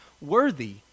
worthy